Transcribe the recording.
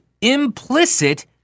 implicit